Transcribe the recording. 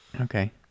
Okay